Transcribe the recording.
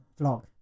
vlog